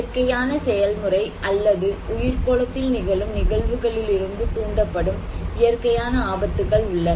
இயற்கையான செயல்முறை அல்லது உயிர்க்கோளத்தில் நிகழும் நிகழ்வுகளிலிருந்து தூண்டப்படும் இயற்கையான ஆபத்துகள் உள்ளன